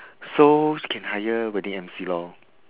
so you can hire wedding emcee lor